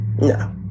No